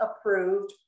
approved